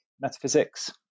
metaphysics